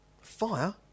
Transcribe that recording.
Fire